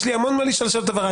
יש לי המון מה לשאול שאלות הבהרה,